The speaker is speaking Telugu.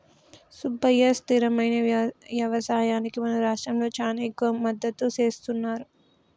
సుబ్బయ్య స్థిరమైన యవసాయానికి మన రాష్ట్రంలో చానా ఎక్కువ మద్దతు సేస్తున్నారు